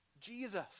Jesus